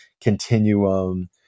continuum